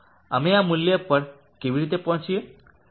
અમે આ મૂલ્ય પર કેવી રીતે પહોંચીએ